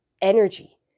energy